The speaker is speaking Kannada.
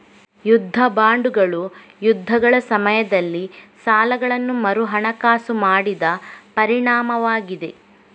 ಯುದ್ಧ ಬಾಂಡುಗಳು ಯುದ್ಧಗಳ ಸಮಯದಲ್ಲಿ ಸಾಲಗಳನ್ನು ಮರುಹಣಕಾಸು ಮಾಡಿದ ಪರಿಣಾಮವಾಗಿದೆ